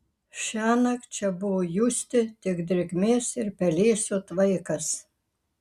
šiąnakt čia buvo justi tik drėgmės ir pelėsių tvaikas